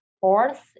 Fourth